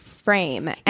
Frame